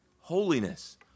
holiness